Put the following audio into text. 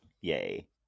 Yay